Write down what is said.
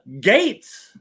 gates